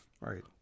Right